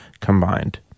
combined